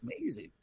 amazing